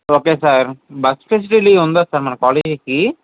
okay sir bus facility ఉందా sir మన కాలేజీకి